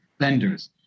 vendors